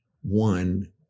one